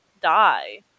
die